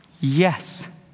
Yes